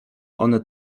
one